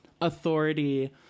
authority